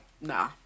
nah